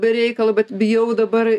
be reikalo bet bijau dabar